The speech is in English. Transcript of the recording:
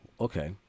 Okay